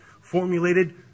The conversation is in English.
formulated